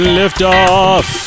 liftoff